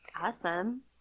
Awesome